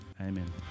amen